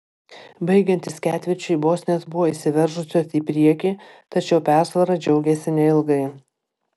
baigiantis ketvirčiui bosnės buvo išsiveržusios į priekį tačiau persvara džiaugėsi neilgai